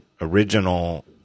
original